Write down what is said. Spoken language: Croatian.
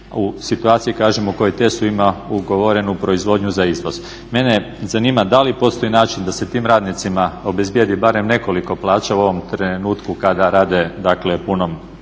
u situaciji kažemo koji TESU ima ugovorenu proizvodnju za izvoz. Mene zanima da li postoji način da se tim radnicima obezbijedi barem nekoliko plaća u ovom trenutku kada rade punom